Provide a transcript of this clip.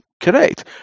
correct